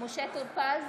משה טור פז,